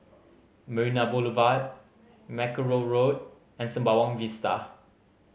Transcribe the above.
Marina Boulevard Mackerrow Road and Sembawang Vista